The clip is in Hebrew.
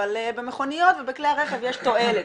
אבל במכוניות בכלי רכב יש תועלת,